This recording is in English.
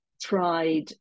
tried